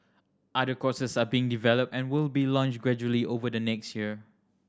other courses are being developed and will be launched gradually over the next year